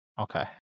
Okay